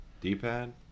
d-pad